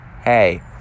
hey